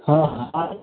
हँ हँ आबू